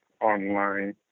online